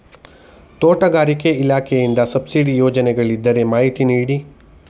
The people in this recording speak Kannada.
ತೋಟಗಾರಿಕೆ ಇಲಾಖೆಯಿಂದ ಸಬ್ಸಿಡಿ ಯೋಜನೆಗಳಿದ್ದರೆ ಮಾಹಿತಿ ನೀಡಿ?